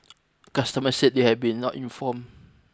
customers said they had not been informed